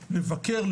לבקר,